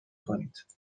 کنید